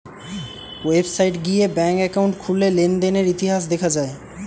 website গিয়ে bank account খুললে লেনদেনের ইতিহাস দেখা যায়